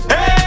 Hey